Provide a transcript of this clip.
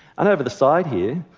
and over the side here,